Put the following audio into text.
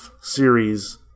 series